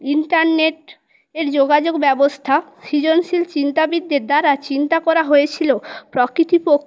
internet এর যোগাযোগ ব্যবস্থা সৃজনশীল চিন্তাবিদদের দ্বারা চিন্তা করা হয়েছিল প্রকৃতি পো